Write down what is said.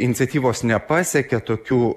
iniciatyvos nepasiekė tokių